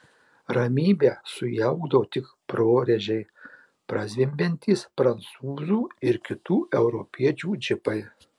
ramybę sujaukdavo tik prorečiai prazvimbiantys prancūzų ir kitų europiečių džipai